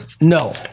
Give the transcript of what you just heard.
No